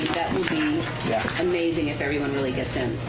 be yeah amazing if everyone really gets in.